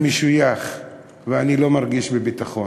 אני משויך, ואני לא מרגיש ביטחון.